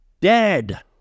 dead